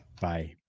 Bye